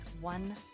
one